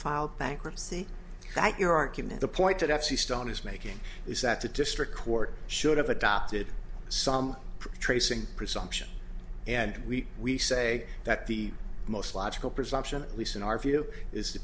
filed bankruptcy that your argument the point that f c stone is making is that the district court should have adopted some tracing presumption and we we say that the most logical presumption at least in our view is the